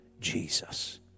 jesus